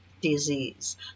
Disease